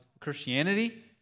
Christianity